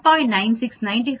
7 t என்பது 1